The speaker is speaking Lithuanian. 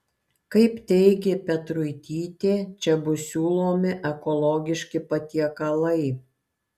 kaip teigė petruitytė čia bus siūlomi ekologiški patiekalai